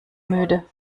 müde